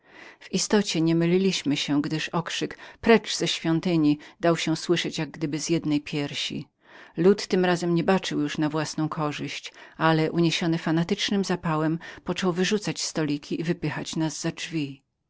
w istocie nie myliliśmy się gdyż okrzyk precz z świątyni dał się słyszeć jak gdyby z jednej piersi lud tym razem nie baczył już na własną korzyść ale uniesiony fanatycznym zapałem począł wyrzucać stoliki i wypychać nas